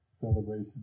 Celebration